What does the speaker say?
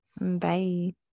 bye